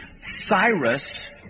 Cyrus